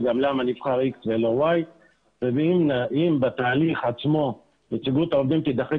וגם למה נבחר X ולא Y. אם בתהליך עצמו נציגות העובדים תידחק